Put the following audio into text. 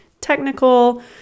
technical